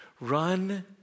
run